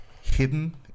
hidden